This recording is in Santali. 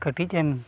ᱠᱟᱹᱴᱤᱡ ᱮᱢ